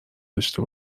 داشته